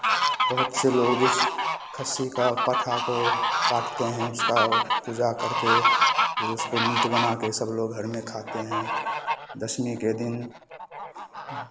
बहुत से लोग खस्सी का पाठा को काटते हैं उसका पूजा करके फिर उसको मीट बना के सब लग घर में खाते हैं दशमी के दिन